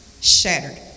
Shattered